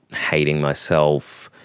hating myself.